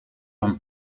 een